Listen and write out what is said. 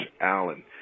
Allen